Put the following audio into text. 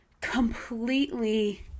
completely